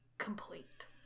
complete